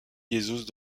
jesus